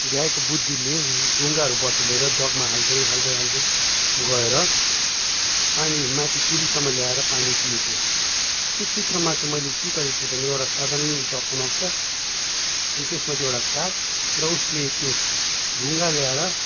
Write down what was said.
भ्याएको बुद्धिले ढुङ्गाहरू बटुलेर जगमा हाल्दै हाल्दै हाल्दै गएर पानी माथि चुलीसम्म ल्याएर पानी पिएको त्यो चित्रमा चाहिँ मैले के गरेको थिएँ भने एउटा साधारण जगको नक्सा अनि त्यसमाथि एउटा काग र उसले त्यो ढुङ्गा ल्याएर